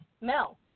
Mel